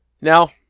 Now